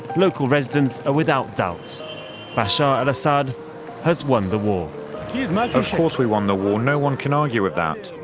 local residents are without doubt bashar al-assad has won the war of course we won the war. no one can argue with that.